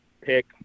pick